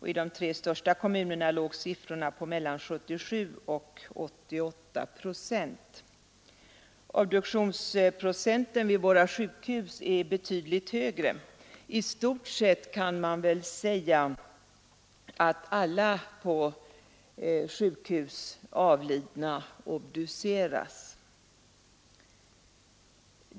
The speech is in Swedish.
I de tre största kommunerna låg siffrorna på mellan 77 och 88 procent. Obduktionsprocenten vid våra sjukhus är betydligt högre. I stort sett kan man väl säga att alla på sjukhus avlidna obduceras.